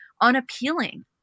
unappealing